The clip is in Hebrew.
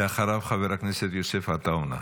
בבקשה, ואחריו, חבר הכנסת יוסף עטאונה.